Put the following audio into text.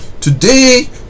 Today